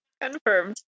Confirmed